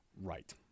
Right